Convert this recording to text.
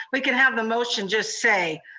we can have the motion just say,